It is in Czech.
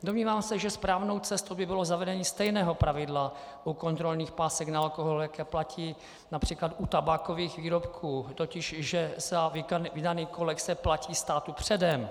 Domnívám se, že správnou cestou by bylo zavedení stejného pravidla u kontrolních pásek na alkohol, jaké platí například u tabákových výrobků, totiž že za vydaný kolek se platí státu předem.